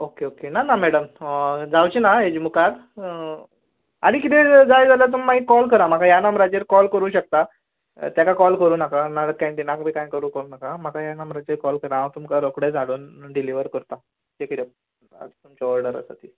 okay okay ना ना madam जावचें ना हेचे मुखार आनी कितें जाय जाल्यार तुमी म्हाका कॉल करा ह्या नंबराचेर कॉल करूंक शकता तेका कॉल करूं नाका कॅन्टीनाक बी कांय करूं नाका म्हाका ह्या नंबराचेर कॉल करा हांव तुमकां रोखडेंच हाडून डिलिव्हर करता जें कितें तुमची ऑर्डर आसा ती